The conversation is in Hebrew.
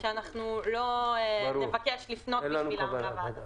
שלא נבקש לפנות בשבילם לוועדה.